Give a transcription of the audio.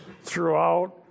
throughout